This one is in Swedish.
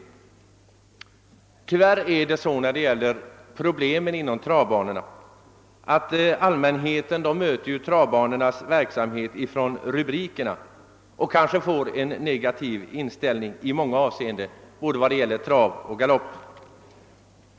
Tyvärr förhåller det sig så i fråga om problemen för travbanorna, att allmänheten möter travbanornas verksamhet i rubrikerna och kanske får en negativ inställning i många avseenden vad beträffar både travoch galoppsport.